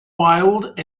wild